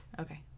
Okay